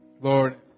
Lord